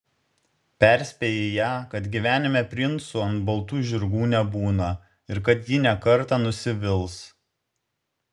perspėji ją kad gyvenime princų ant baltų žirgų nebūna ir kad ji ne kartą nusivils